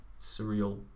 surreal